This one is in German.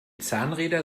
zahnräder